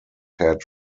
had